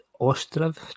Ostrov